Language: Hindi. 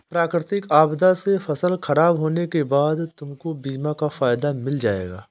प्राकृतिक आपदा से फसल खराब होने के बाद तुमको बीमा का फायदा मिल जाएगा